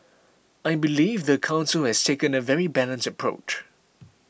I believe the council has taken a very balanced approach